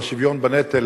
על השוויון בנטל,